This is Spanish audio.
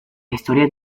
historia